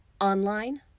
online